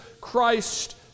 Christ